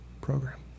program